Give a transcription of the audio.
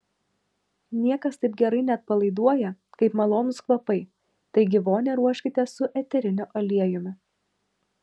niekas taip gerai neatpalaiduoja kaip malonūs kvapai taigi vonią ruoškite su eteriniu aliejumi